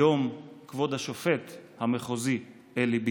היום כבוד השופט המחוזי אלי ביתן.